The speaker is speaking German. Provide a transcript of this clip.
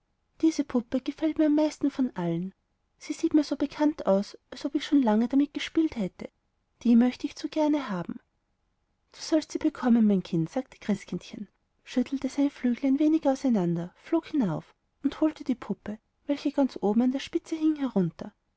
diese puppe gefällt mir am meisten von allen sie sieht mir so bekannt aus als ob ich schon lange damit gespielt hätte die möchte ich gar zu gerne haben du sollst sie bekommen mein kind sagte christkindchen schüttelte seine flügel ein wenig auseinander flog hinauf und holte die puppe welche ganz oben an der spitze hing herunter